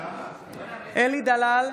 בעד אלי דלל,